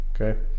Okay